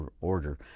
order